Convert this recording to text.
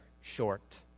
short